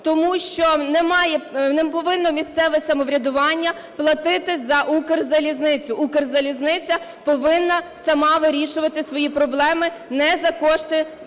Тому що не повинно місцеве самоврядування платити за "Укрзалізницю". "Укрзалізниця" повинна сама вирішувати свої проблеми, не за кошти